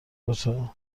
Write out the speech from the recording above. دوتا